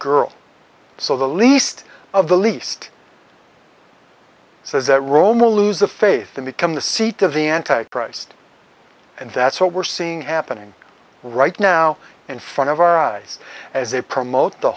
girl so the least of the least says that roma lose the faith to become the seat of the anti christ and that's what we're seeing happening right now in front of our eyes as they promote the